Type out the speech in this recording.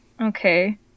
Okay